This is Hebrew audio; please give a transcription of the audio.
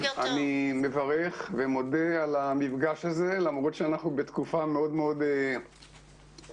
אני מברך ומודה על המפגש הזה למרות שאנחנו בתקופה מאוד מאוד בעייתית.